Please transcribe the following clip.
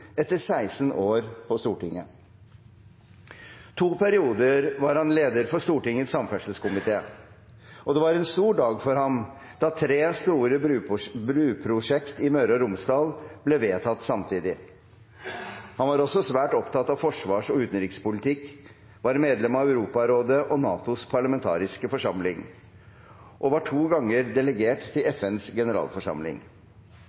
etter 16 år på Stortinget. I to perioder var han leder for Stortingets samferdselskomité, og det var en stor dag for ham da tre store bruprosjekt i Møre og Romsdal ble vedtatt samtidig. Han var også svært opptatt av forsvars- og utenrikspolitikk, var medlem av Europarådet og NATOs parlamentariske forsamling og var to ganger delegert til